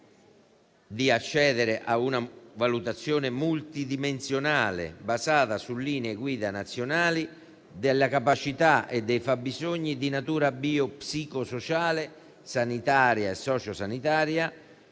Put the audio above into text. di accedere a una valutazione multidimensionale, basata su linee guida nazionali, della capacità e dei fabbisogni di natura bio-psico-sociale, sanitaria e sociosanitaria